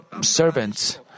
servants